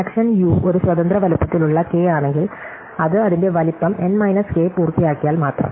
connection U ഒരു സ്വതന്ത്ര വലിപ്പത്തിലുള്ള കെ ആണെങ്കിൽ അത് അതിന്റെ വലിപ്പം എൻ മൈനസ് കെ പൂർത്തിയാക്കിയാൽ മാത്രം